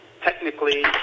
technically